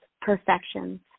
perfections